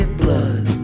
blood